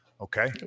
okay